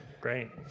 Great